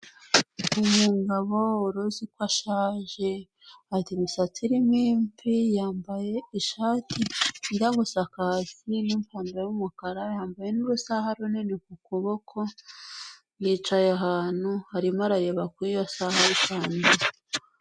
Umugabo wari uziko ashaje, afite imisatsi irimo imvi, yambaye ishati ijya gusa kaki n'ipantaro y'umukara, yambaye n'urusaha runini ku kuboko, yicaye ahantu arimo arareba kuri iyo saha ye isanzwe.